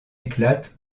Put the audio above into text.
éclate